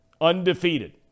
undefeated